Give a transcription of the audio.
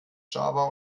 java